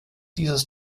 dieses